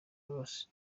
loss